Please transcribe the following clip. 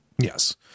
Yes